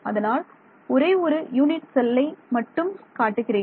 அதனால் ஒரே ஒரு யூனிட் செல்லை மட்டும் காட்டுகிறேன்